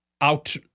out